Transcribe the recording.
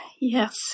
yes